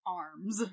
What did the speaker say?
arms